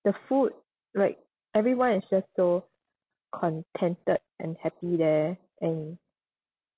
the food like everyone is just so contented and happy there and